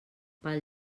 pel